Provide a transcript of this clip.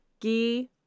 ghee